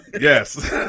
Yes